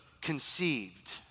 conceived